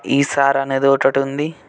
ఎస్సార్ అనేది ఒకటి ఉంది